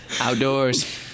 Outdoors